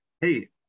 hey